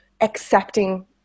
accepting